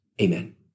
Amen